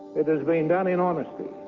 it has been done in honesty.